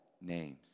names